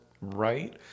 right